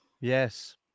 Yes